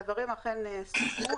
הדברים אכן סוכמו.